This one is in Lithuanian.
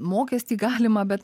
mokestį galimą bet